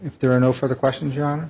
if there are no for the question john